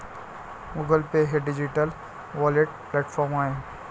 Google Pay हे digital wallet platform आहे